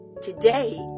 today